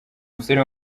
musore